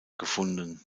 gefunden